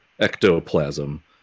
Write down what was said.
ectoplasm